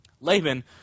Laban